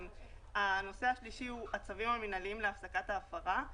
הנושא השלישי הוא הצווים המינהליים להפסק ההפרה.